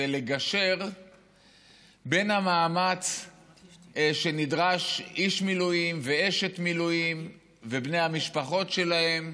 זה לגשר בין המאמץ שנדרש מאיש מילואים ואשת מילואים ובני המשפחות שלהם